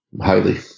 Highly